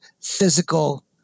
physical